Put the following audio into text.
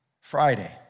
Friday